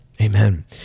amen